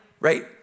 right